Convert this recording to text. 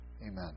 Amen